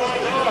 לא.